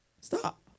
Stop